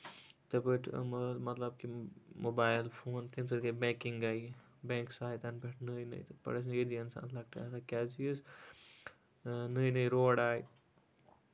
یِتھے پٲٹھۍ مٲل مطلب کہِ موبایِل فون تٔمۍ سۭتۍ گٔے میکِنگ گٔیہ بینکس آیہِ تَنہٕ پٮ۪ٹھ نٔے نٔے تہٕ لۄکٔٹہِ آسان کیازِ کہِ یُس نٔے نٔے روڈ آے